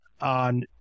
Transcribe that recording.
on